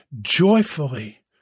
Joyfully